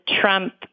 Trump